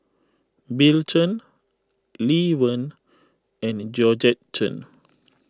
Bill Chen Lee Wen and Georgette Chen